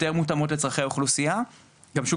יותר מותאמות לצרכי האוכלוסייה וגם שוק